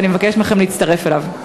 ואני מבקשת מכם להצטרף אליו.